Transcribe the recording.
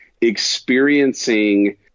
experiencing